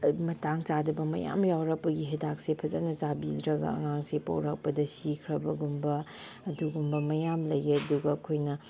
ꯃꯇꯥꯡ ꯆꯥꯗꯕ ꯃꯌꯥꯝ ꯌꯥꯎꯔꯛꯄꯒꯤ ꯍꯤꯗꯥꯛꯁꯦ ꯐꯖꯅ ꯆꯥꯕꯤꯗ꯭ꯔꯒ ꯑꯉꯥꯡꯁꯦ ꯄꯣꯛꯂꯛꯄꯗ ꯁꯤꯈ꯭ꯔꯕꯒꯨꯝꯕ ꯑꯗꯨꯒꯨꯝꯕ ꯃꯌꯥꯝ ꯂꯩꯌꯦ ꯑꯗꯨꯒ ꯑꯩꯈꯣꯏꯅ